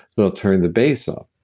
they'll turn the bass up.